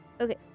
Okay